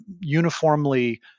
uniformly